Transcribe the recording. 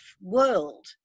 world